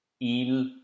Il